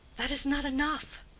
that is not enough,